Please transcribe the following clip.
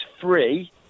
free